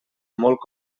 molt